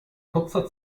kurzer